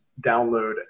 download